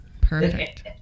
Perfect